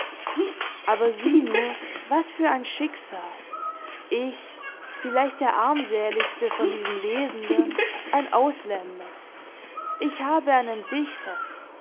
aber sieh nur was für ein schicksal ich vielleicht der armsäligste von diesen lesenden ein ausländer ich habe einen dichter